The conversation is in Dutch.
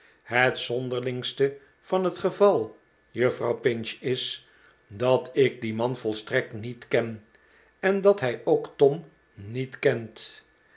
het zonderlingste van het geval juffrouw pinch is dat ik dien man volstrekt niet ken en dat hij ook tom niet kent